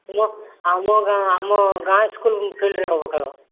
ଆମ ଆମ ଗାଁ ଆମ ଗାଁ ସ୍କୁଲ୍ ଫିଲ୍ଡରେ ହେବ ଖେଳ